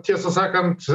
tiesą sakant